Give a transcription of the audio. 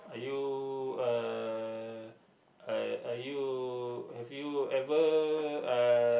are you uh are are you have you ever uh